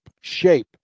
shape